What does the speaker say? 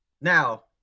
Now